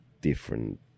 different